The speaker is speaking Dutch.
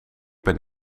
ben